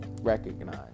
recognize